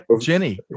Jenny